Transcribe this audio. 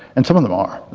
and some of them are,